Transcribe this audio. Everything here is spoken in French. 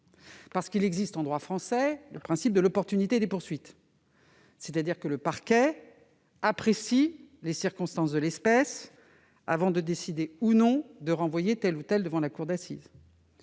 effet, il existe en droit français le principe de l'opportunité des poursuites, en vertu duquel le parquet apprécie les circonstances de l'espèce avant de décider de renvoyer ou non tel ou tel devant la cour d'assises.